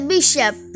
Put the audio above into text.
Bishop